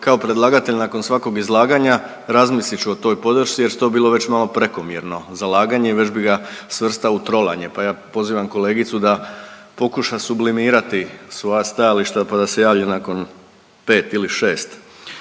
kao predlagatelj nakon svakog izlaganja razmislit ću o toj podršci jer … već malo prekomjerno zalaganje i već bi ga svrstao u trolanje, pa ja pozivam kolegicu da pokuša sublimirati svoja stajališta pa da se javlja nakon pet ili šest